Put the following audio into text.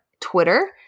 Twitter